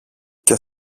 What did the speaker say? και